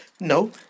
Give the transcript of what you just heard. No